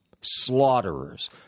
slaughterers